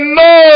no